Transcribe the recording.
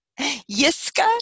Yiska